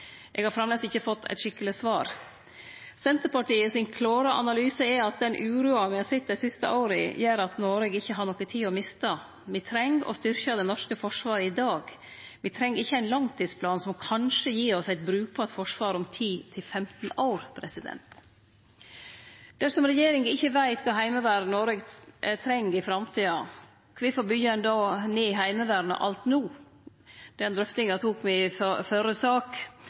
Eg har framleis ikkje fått eit skikkeleg svar. Senterpartiet sin klåre analyse er at den uroa me har sett dei siste åra, gjer at Noreg ikkje har noka tid å miste. Me treng å styrkje det norske forsvaret i dag. Me treng ikkje ein langtidsplan som kanskje gir oss eit brukbart forsvar om 10 til 15 år. Dersom regjeringa ikkje veit kva slags heimevern Noreg treng i framtida, kvifor byggjer ein då ned Heimevernet alt no? Den drøftinga tok me i den førre